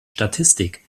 statistik